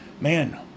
man